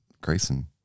grayson